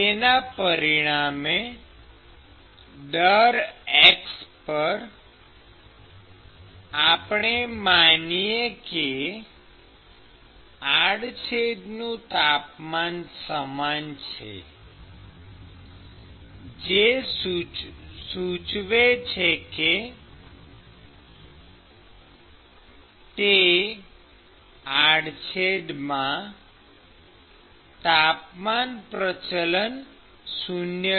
જેના પરિણામે દરેક x પર આપણે માનીએ કે આડછેદનું તાપમાન સમાન છે જે સૂચવે છે કે તે આડછેદમાં તાપમાન પ્રચલન 0 છે